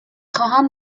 خواهم